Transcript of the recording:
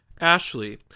Ashley